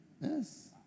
Yes